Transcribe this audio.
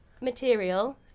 material